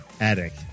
attic